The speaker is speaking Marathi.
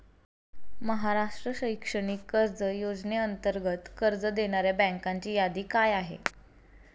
महाराष्ट्र शैक्षणिक कर्ज योजनेअंतर्गत कर्ज देणाऱ्या बँकांची यादी काय आहे?